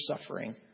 suffering